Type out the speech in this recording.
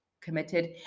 committed